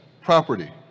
property